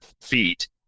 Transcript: feet